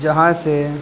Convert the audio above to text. جہاں سے